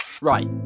Right